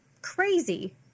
crazy